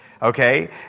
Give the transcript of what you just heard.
Okay